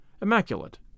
immaculate